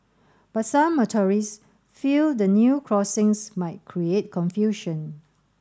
but some motorists feel the new crossings might create confusion